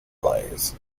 plays